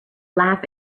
laugh